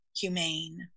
humane